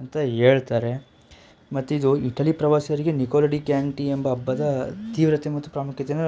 ಅಂತ ಹೇಳ್ತಾರೆ ಮತ್ತಿದು ಇಟಲಿ ಪ್ರವಾಸಿಗರಿಗೆ ನಿಕೊಲೊ ಡಿ ಕ್ಯಾಂಟಿ ಎಂಬ ಹಬ್ಬದ ತೀವ್ರತೆ ಮತ್ತು ಪ್ರಾಮುಖ್ಯತೆಯನ್ನು